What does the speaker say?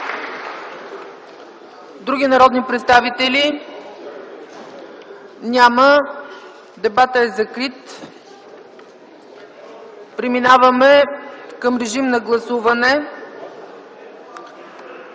Други народни представители? Няма. Дебатът е закрит. Преминаваме към режим на гласуване.